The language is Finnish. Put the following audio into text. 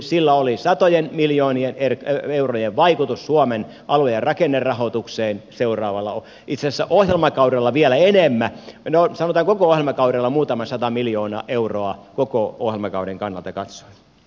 sillä oli satojen miljoonien eurojen vaikutus suomen alue ja rakennerahoitukseen seuraavalla ohjelmakaudella itse asiassa ohjelmakaudella vielä enemmän sanotaan koko ohjelmakaudella muutama sata miljoonaa euroa koko ohjelmakauden kannalta katsoen